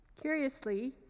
curiously